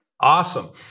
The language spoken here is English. Awesome